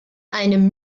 einem